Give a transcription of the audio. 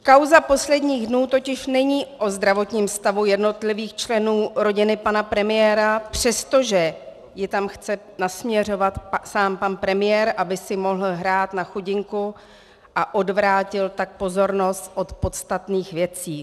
Kauza posledních dnů totiž není o zdravotním stavu jednotlivých členů rodiny pana premiéra, přestože ji tam chce nasměřovat sám pan premiér, aby si mohl hrát na chudinku a odvrátil tak pozornost od podstatných věcí.